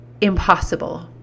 impossible